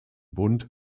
bund